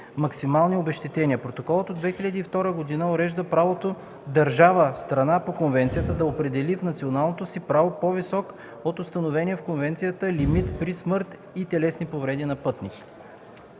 максимални обезщетения. Протоколът от 2002 г. урежда правото държава – страна по конвенцията, да определи в националното си право по-висок от установения в конвенцията лимит при смърт и телесни повреди на пътниците.